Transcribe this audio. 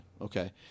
Okay